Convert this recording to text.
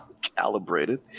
Calibrated